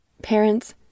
Parents